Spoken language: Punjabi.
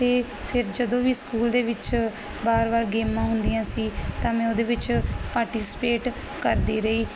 ਤੇ ਫਿਰ ਜਦੋਂ ਵੀ ਸਕੂਲ ਦੇ ਵਿੱਚ ਵਾਰ ਵਾਰ ਗੇਮਾਂ ਹੁੰਦੀਆਂ ਸੀ ਤਾਂ ਮੈਂ ਉਹਦੇ ਵਿੱਚ ਪਾਰਟੀਸਪੇਟ ਕਰਦੀ ਰਹੀ ਜਦੋਂ